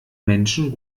menschen